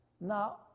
Now